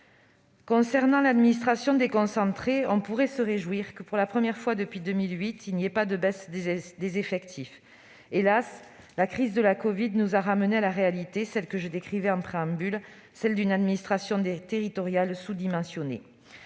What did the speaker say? concerne l'administration déconcentrée, on pourrait se réjouir que, pour la première fois depuis 2008, il n'y ait pas de baisses des effectifs. Hélas, la crise de la covid nous a ramenés à la réalité que je décrivais en préambule : celle d'une administration territoriale sous-dimensionnée.